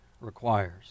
requires